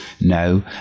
No